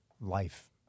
life